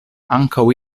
ankaŭ